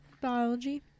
Biology